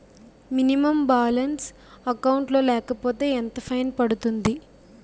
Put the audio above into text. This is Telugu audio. మినిమం బాలన్స్ అకౌంట్ లో లేకపోతే ఎంత ఫైన్ పడుతుంది?